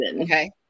Okay